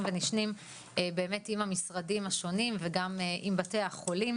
ונשנים עם המשרדים השונים וגם עם בתי החולים,